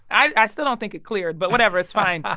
i still don't think it cleared. but whatever, it's fine,